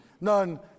None